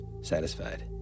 satisfied